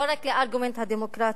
לא רק לארגומנט הדמוקרטי,